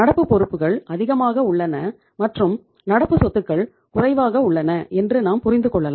நடப்பு பொறுப்புகள் அதிகமாக உள்ளன மற்றும் நடப்பு சொத்துக்கள் குறைவாக உள்ளன என்று நாம் புரிந்துகொள்ளலாம்